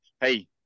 hey